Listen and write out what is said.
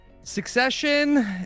Succession